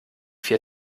vier